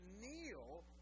kneel